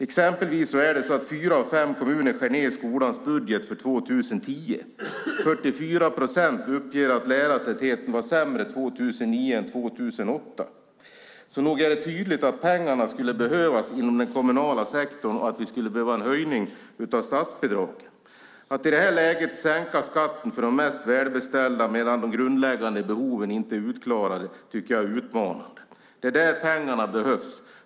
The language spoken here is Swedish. Exempelvis skär fyra av fem kommuner ned skolans budget för 2010, och 44 procent uppger att lärartätheten var sämre 2009 än 2008. Nog är det alltså tydligt att pengarna skulle behövas inom den kommunala sektorn och att vi skulle behöva en höjning av statsbidragen. Att i detta läge sänka skatten för de mest välbeställda medan de grundläggande behoven inte är tillgodosedda tycker jag är utmanande. Det är där pengarna behövs.